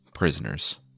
prisoners